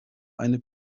eine